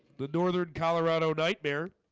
the northern colorado nightmare